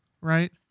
right